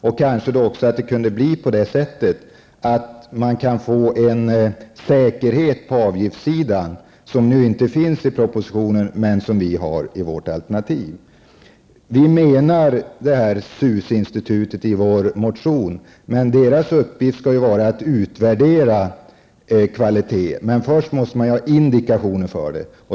Då kan man kanske också få en säkerhet på avgiftssidan som inte finns i propositionen, men som vi har i vårt alternativ. Uppgiften för CUS-institutet skall ju vara att utvärdera kvalitet, men först måste man ju ha indikationer för det.